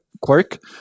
quirk